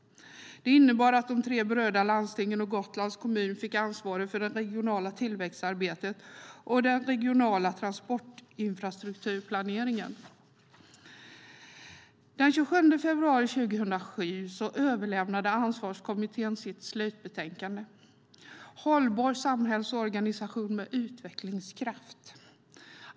Det innebar att de tre berörda landstingen och Gotlands kommun fick ansvar för det regionala tillväxtarbetet och den regionala transportinfrastrukturplaneringen. Den 27 februari 2007 överlämnade Ansvarskommittén sitt slutbetänkande Hållbar samhällsorganisation med utvecklingskraft .